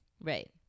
Right